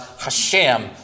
Hashem